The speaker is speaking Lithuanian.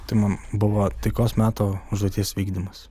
tai man buvo taikos meto užduoties vykdymas